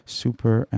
super